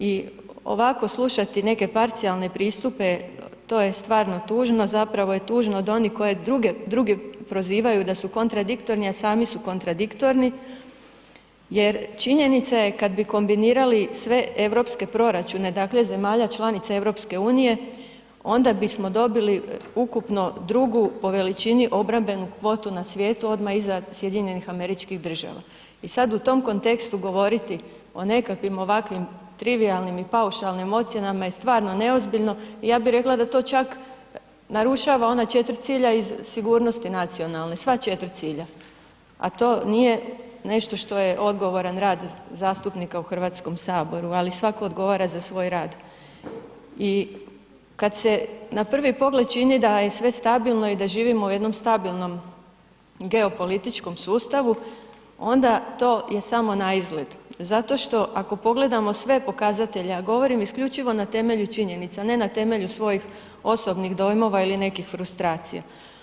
I ovako slušati neke parcijalne pristupe, to je stvarno tužno, zapravo je tužno da oni koje druge prozivaju da su kontradiktorni, a sami su kontradiktorni, jer činjenica je kad bi kombinirali sve europske proračune, dakle, zemalja članica EU, onda bismo dobili ukupno drugu po veličini obrambenu kvotu na svijetu odmah iza SAD-a i sad u tom kontekstu govoriti o nekakvim ovakvim trivijalnim i paušalnim ocjenama je stvarno neozbiljno, ja bi rekla da to čak narušava ona 4 cilja iz sigurnosti nacionalne, sva 4 cilja, a to nije nešto što je odgovoran rad zastupnika u HS, ali svatko odgovara za svoj rad i kad se na prvi pogled čini da je sve stabilno i da živimo u jednom stabilnom geopolitičkom sustavu onda to je samo naizgled zato što ako pogledamo sve pokazatelje, ja govorim isključivo na temelju činjenica, ne na temelju svojih osobnih dojmova ili nekih frustracija.